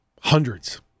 hundreds